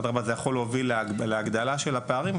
אדרבא, זה יכול להוביל להגדלת הפערים.